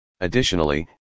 Additionally